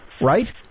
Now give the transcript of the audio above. right